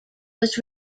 was